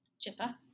chipper